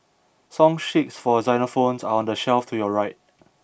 song sheets for xylophones are on the shelf to your right